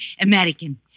American